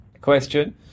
question